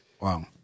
Wow